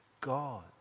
God